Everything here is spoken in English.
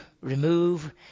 remove